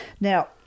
Now